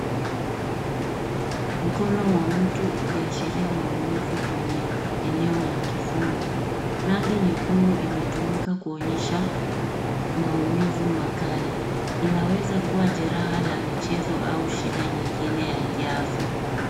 Mkono wa mtu ukiashiria maumivu kwenye eneo la kifundo. Rangi nyekundu imetumika kuonyesha maumivu makali. Inaweza kuwa jeraha la michezo au shida nyingine ya kiafya.